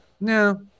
no